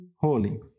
holy